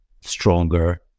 stronger